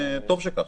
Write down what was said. וטוב שכך.